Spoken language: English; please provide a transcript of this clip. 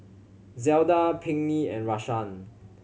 Zelda Pinkney and Rashaan